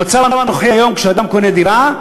במצב הנוכחי, היום, כשאדם קונה דירה,